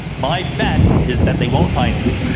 my bet is that they won't find it.